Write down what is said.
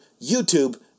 YouTube